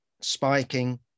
spiking